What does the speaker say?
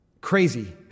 Crazy